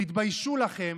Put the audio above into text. תתביישו לכם,